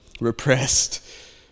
repressed